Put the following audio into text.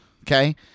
Okay